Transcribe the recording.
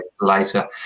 later